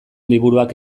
liburuak